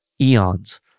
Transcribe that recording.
eons